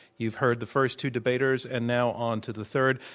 you've heard the first two debaters, and now onto the third.